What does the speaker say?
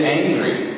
angry